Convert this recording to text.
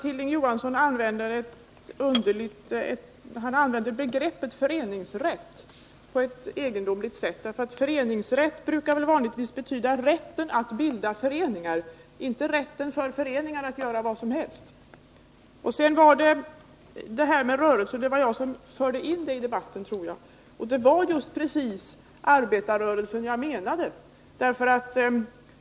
Hilding Johansson använde, enligt min mening, begreppet föreningsrätt på ett egendomligt sätt. Föreningsrätt brukar väl vanligtvis betyda rätten att bilda föreningar, inte rätten för föreningar att göra vad som helst. Jag tror att det var jag som förde in rörelsen i debatten. Det var just arbetarrörelsen som jag menade.